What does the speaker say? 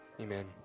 Amen